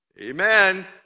Amen